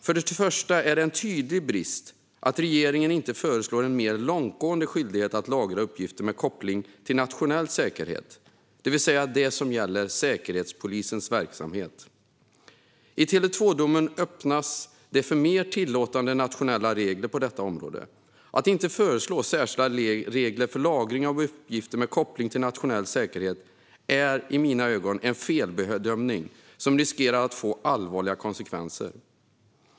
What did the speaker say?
För det första är det en tydlig brist att regeringen inte föreslår en mer långtgående skyldighet att lagra uppgifter med koppling till nationell säkerhet, det vill säga det som gäller Säkerhetspolisens verksamhet. I Tele 2domen öppnas det för mer tillåtande nationella regler på detta område. Att inte föreslå särskilda regler för lagring av uppgifter med koppling till nationell säkerhet är en felbedömning som riskerar att få allvarliga konsekvenser.